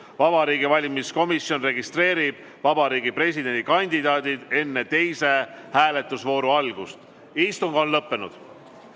Vabariigi Valimiskomisjon registreerib Vabariigi Presidendi kandidaadid enne teise hääletusvooru algust. Istung on lõppenud.